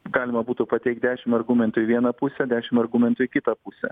galima būtų pateikt dešim argumentų į vieną pusę dešim argumentų į kitą pusę